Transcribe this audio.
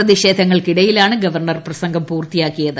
പ്രതിഷേധങ്ങൾക്കിടയിലാണ് governor പ്രസംഗം പൂർത്തിയാക്കിയത്